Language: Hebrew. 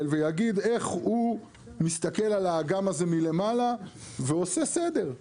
ויגיד איך הוא מסתכל על האגם הזה מלמעלה ועושה סדר.